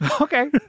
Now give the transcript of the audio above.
Okay